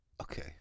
Okay